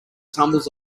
tumbles